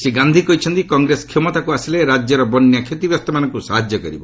ଶ୍ରୀ ଗାନ୍ଧି କହିଛନ୍ତି କଂଗ୍ରେସ କ୍ଷମତାକୁ ଆସିଲେ ରାଜ୍ୟର ବନ୍ୟା କ୍ଷତିଗ୍ରସ୍ତମାନଙ୍କୁ ସାହାଯ୍ୟ କରିବ